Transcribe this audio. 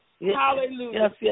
hallelujah